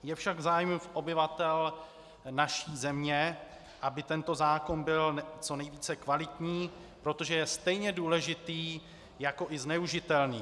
Je však v zájmu obyvatel naší země, aby tento zákon byl co nejvíce kvalitní, protože je stejně důležitý jako i zneužitelný.